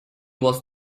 was